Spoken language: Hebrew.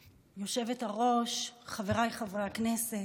היושבת-ראש, חבריי חברי הכנסת,